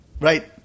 Right